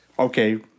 Okay